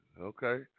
Okay